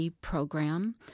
program